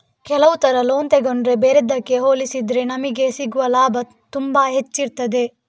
ಕೆಲವು ತರ ಲೋನ್ ತಗೊಂಡ್ರೆ ಬೇರೆದ್ದಕ್ಕೆ ಹೋಲಿಸಿದ್ರೆ ನಮಿಗೆ ಸಿಗುವ ಲಾಭ ತುಂಬಾ ಹೆಚ್ಚಿರ್ತದೆ